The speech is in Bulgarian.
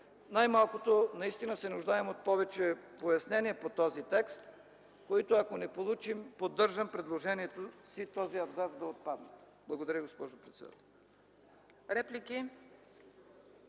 Най-малкото наистина се нуждаем от повече пояснения по този текст, които, ако не получим, поддържам предложението си този абзац да отпадне. Благодаря, госпожо председател.